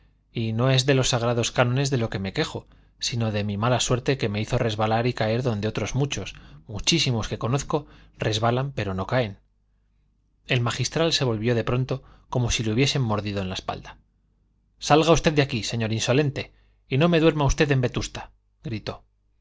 y no es de los sagrados cánones de lo que me quejo sino de mi mala suerte que me hizo resbalar y caer donde otros muchos muchísimos que conozco resbalan pero no caen el magistral se volvió de pronto como si le hubiesen mordido en la espalda salga usted de aquí señor insolente y no me duerma usted en vetusta gritó